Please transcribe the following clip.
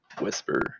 Whisper